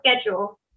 schedule